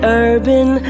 urban